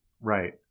right